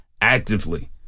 Actively